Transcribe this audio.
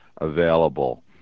available